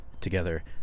together